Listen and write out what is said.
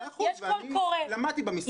יש קול קורא.